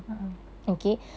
a'ah